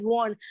one